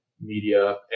media